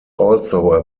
also